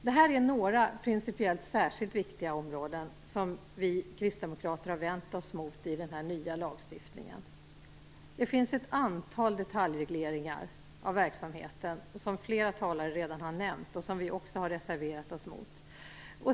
Det här är några principiellt särskilt viktiga områden som vi kristdemokrater har vänt oss mot i den nya lagstiftningen. Det finns ett antal detaljregleringar av verksamheten som flera talare redan har nämnt och som vi också har reserverat oss mot.